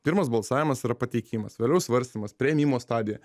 pirmas balsavimas yra pateikimas vėliau svarstymas priėmimo stadiją